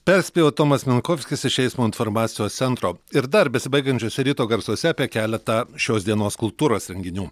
perspėjo tomas minkovskis iš eismo informacijos centro ir dar besibaigiančiuose ryto garsuose apie keletą šios dienos kultūros renginių